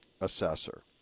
assessor